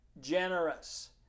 generous